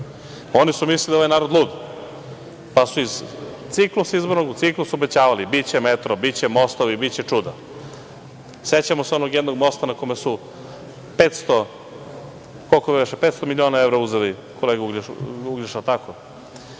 oni su mislili da je ovaj narod lud, pa su iz ciklusa izbornog u ciklus obećavali – biće metro, biće mostovi, biće čuda. Sećamo se onog jednog mosta na kome su 500 miliona evra uzeli, kolega Uglješa, da